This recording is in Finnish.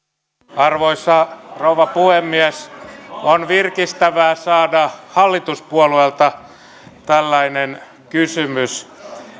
arvoisa rouva puhemies on virkistävää saada hallituspuolueelta tällainen kysymys